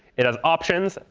it has options,